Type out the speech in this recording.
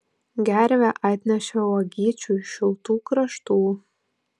gervė atnešė uogyčių iš šiltų kraštų